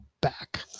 back